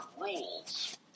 rules